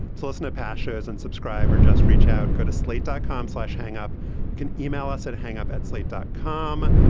listener pashas and subscribe or just reach out, go to slate dot com slash hang up. you can email us at hang-up at slate dot com.